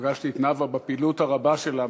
פגשתי את נאוה בפעילות הרבה שלה.